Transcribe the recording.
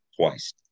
twice